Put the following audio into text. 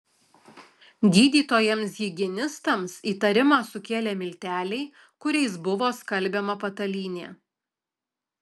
gydytojams higienistams įtarimą sukėlė milteliai kuriais buvo skalbiama patalynė